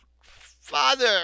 Father